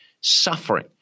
suffering